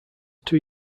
two